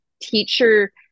teacher